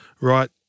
right